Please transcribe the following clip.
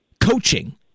Coaching